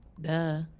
Duh